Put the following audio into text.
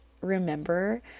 remember